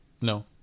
No